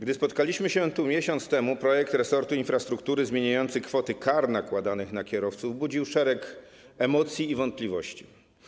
Gdy spotkaliśmy się tu miesiąc temu, projekt resortu infrastruktury zmieniający kwoty kar nakładanych na kierowców budził szereg emocji i wątpliwości.